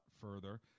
further